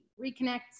reconnect